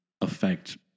affect